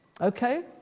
okay